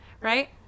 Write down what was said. right